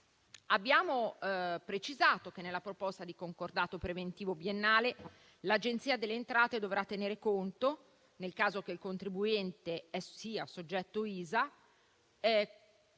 Abbiamo precisato che nella proposta di concordato preventivo biennale, l'Agenzia delle entrate dovrà tenere conto del caso in cui il contribuente sia soggetto ISA, così